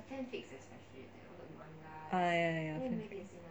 ah ya ya ya